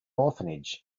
orphanage